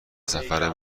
سفر